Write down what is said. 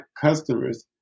customers